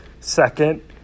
Second